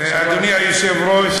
אדוני היושב-ראש,